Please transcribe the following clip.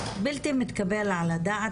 בלתי מתקבל על הדעת,